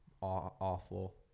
awful